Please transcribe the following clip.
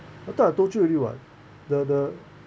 I thought I told you already [what] the the